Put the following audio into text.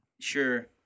Sure